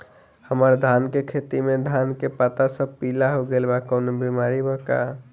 हमर धान के खेती में धान के पता सब पीला हो गेल बा कवनों बिमारी बा का?